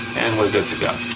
and we're good to go.